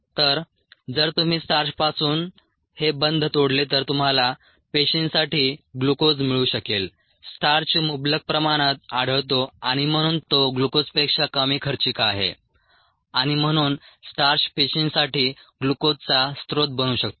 तर जर तुम्ही स्टार्चपासून हे बंध तोडले तर तुम्हाला पेशींसाठी ग्लुकोज मिळू शकेल स्टार्च मुबलक प्रमाणात आढळतो आणि म्हणून तो ग्लुकोजपेक्षा कमी खर्चिक आहे आणि म्हणून स्टार्च पेशींसाठी ग्लुकोजचा स्रोत बनू शकतो